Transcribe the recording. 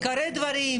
את עיקרי הדברים,